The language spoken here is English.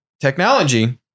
technology